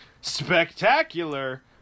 spectacular